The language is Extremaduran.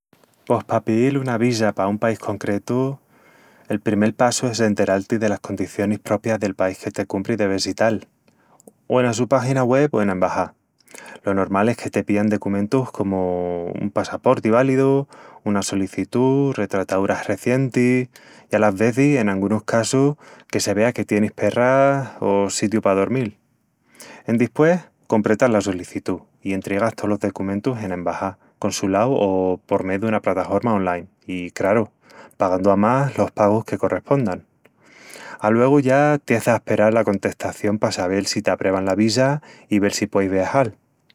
Pos pa piíl una visa pa un país concretu, el primel passu es enteral-ti delas condicionis propias del país que te cumpri de vesital, o ena su página web o ena embaxá. Lo normal es que te pían decumentus comu un passaporti válidu, una solicitú, retrataúras rezientis, i alas vezis, en angunus casus, que se vea que tienis perras o sitiu pa dormil. Endispués, compretas la solicitú i entriegas tolos decumentus ena embaxá, consulau o por mé duna pratahorma online, i, craru, pagandu amás los pagus que correspondan. Aluegu ya tiés d'asperal la contestación pa sabel si te aprevan la visa i vel si pueis viajal.